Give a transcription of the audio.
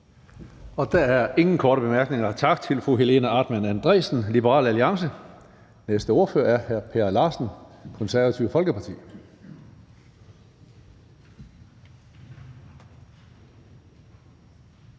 Der er ingen korte bemærkninger, så tak til fru Helena Artmann Andresen, Liberal Alliance. Næste ordfører er hr. Per Larsen, Det Konservative Folkeparti.